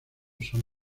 son